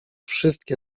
wszystkie